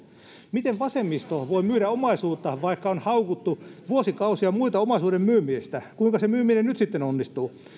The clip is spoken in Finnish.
miten vasemmisto voi myydä omaisuutta vaikka on haukuttu vuosikausia muita omaisuuden myymisestä kuinka se myyminen nyt sitten onnistuu